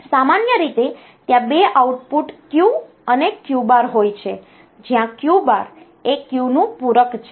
સામાન્ય રીતે ત્યાં બે આઉટપુટ Q અને Q બાર હોય છે જ્યાં Q બાર એ Q નું પૂરક છે